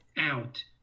out